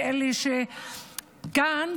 ואלה שכאן,